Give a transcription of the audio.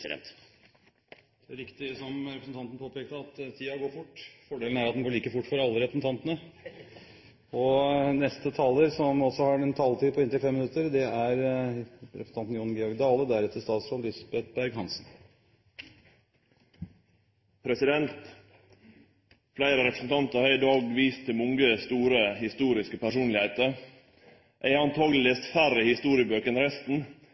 Det er riktig som representanten påpekte, at tiden går fort. Fordelen er at den går like fort for alle representantene! Fleire representantar har i dag vist til mange store historiske personlegdomar. Eg har